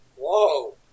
whoa